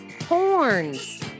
horns